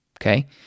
Okay